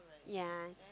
yea